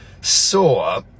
saw